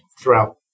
throughout